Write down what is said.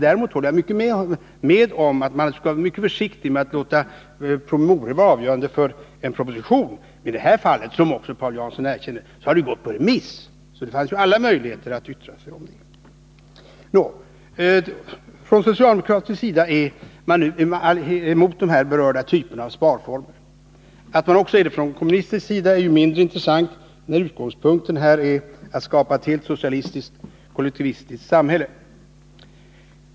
Däremot håller jag med Paul Jansson om att man skall vara mycket försiktig med att låta promemorior vara avgörande för en proposition. I det här fallet har förslaget dock, vilket också Paul Jansson erkänner, varit på remiss. Det fanns därför alla möjligheter att yttra sig om det. Från socialdemokratisk sida är man helt emot de här berörda typerna av sparformer. Att man också är det från kommunistisk sida är ju mindre intressant, när utgångspunkten här är att skapa ett helt socialistiskt, kollektivistiskt samhälle.